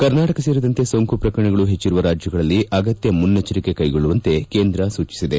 ಕರ್ನಾಟಕ ಸೇರಿದಂತೆ ಸೋಂಕು ಪ್ರಕರಣಗಳು ಹೆಚ್ಚರುವ ರಾಜ್ಲಗಳಲ್ಲಿ ಅಗತ್ಹ ಮುನ್ನೆಚ್ಚರಿಕೆ ಕೈಗೊಳ್ಳುವಂತೆ ಕೇಂದ್ರ ಸೂಚಿಸಿದೆ